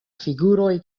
figuroj